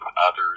others